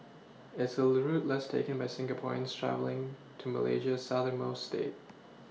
it's a route less taken by Singaporeans travelling to Malaysia's southernmost state